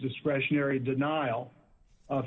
discretionary denial o